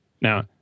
Now